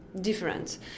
different